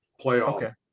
playoff